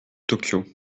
tokyo